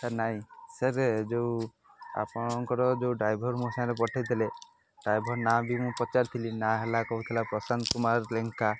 sir ନାଇଁ sir ଯୋଉ ଆପଣଙ୍କର ଯୋଉ ଡ୍ରାଇଭର୍ ମୋ ସାଙ୍ଗରେ ପଠେଇଥିଲେ ଡ୍ରାଇଭର୍ ନାଁ ବି ମୁଁ ପଚାରିଥିଲି ନା ହେଲା କହୁଥିଲା ପ୍ରଶାନ୍ତ କୁମାର ଲେଙ୍କା